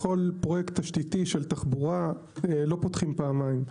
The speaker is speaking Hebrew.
בכל פרויקט תשתיתי של תחבורה לא פותחים פעמים,